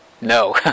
No